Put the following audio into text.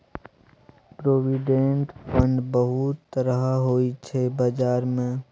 provident fund बहुत तरहक होइ छै बजार मे